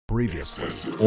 previously